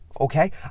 Okay